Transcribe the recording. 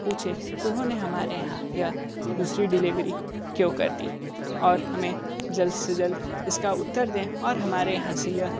पूछें उन्होंने हमारे यहाँ यह दूसरी डिलीवरी क्यों कर दी और हमें जल्द से जल्द इसका उत्तर दें और हमारे यहाँ से यह